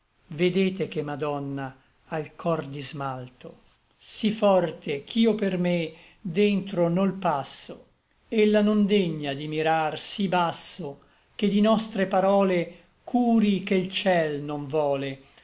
vedete che madonna à l cor di smalto sí forte ch'io per me dentro nol passo ella non degna di mirar sí basso che di nostre parole curi ché l ciel non vòle